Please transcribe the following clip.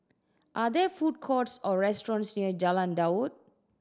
are there food courts or restaurants near Jalan Daud